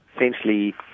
essentially